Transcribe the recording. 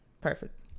perfect